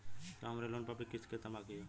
साहब हमरे लोन पर अभी कितना किस्त बाकी ह?